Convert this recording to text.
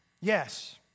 Yes